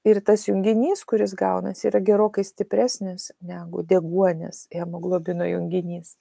ir tas junginys kuris gaunasi yra gerokai stipresnis negu deguonis hemoglobino junginys